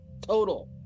Total